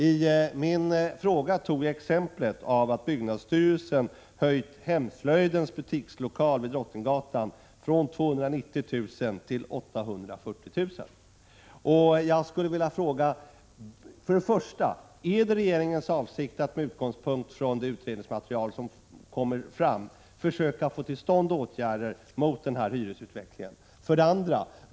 I min fråga tog jag som exempel att byggnadsstyrelsen höjt hyran för Hemslöjdens butikslokaler vid Drottninggatan från 290 000 till 840 000 kr. 1. Är det regeringens avsikt att med utgångspunkt i det utredningsmaterial som kommer fram försöka få till stånd åtgärder mot denna hyresutveckling? 2.